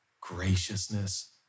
graciousness